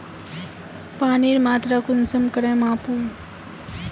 पानीर मात्रा कुंसम करे मापुम?